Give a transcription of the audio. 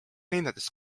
linnades